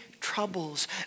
troubles